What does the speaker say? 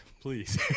Please